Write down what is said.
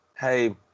hey